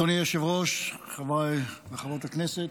אדוני היושב-ראש, חבריי חברי הכנסת,